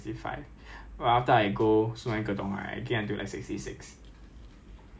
so P_T 还是会有 lah 一定会有 lah 就是 one three five lor